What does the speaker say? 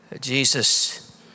Jesus